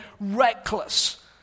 reckless